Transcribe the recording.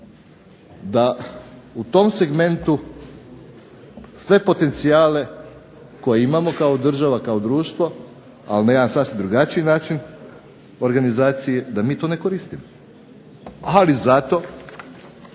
da u tom segmentu sve potencijale koje imamo kao država, kao društvo, ali na jedan sasvim drugačiji način organizacije, da mi to ne koristimo. Ali zato